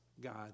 God